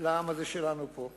לעם הזה שלנו, פה.